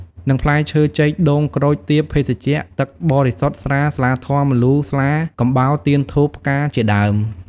និងផ្លែឈើ ចេក ដូង ក្រូច ទៀប ភេសជ្ជៈ ទឹកបរិសុទ្ធ ស្រា ស្លាធម៌ ម្លូ ស្លា កំបោរ ទៀន ធូប ផ្កាជាដើម។